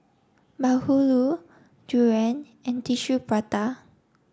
Bahulu durian and Tissue Prata